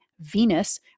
Venus